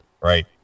right